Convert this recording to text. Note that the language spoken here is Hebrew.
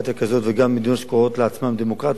גם מדינות שקוראות לעצמן דמוקרטיות, הלוואי